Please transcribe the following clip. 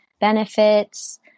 benefits